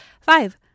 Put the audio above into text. Five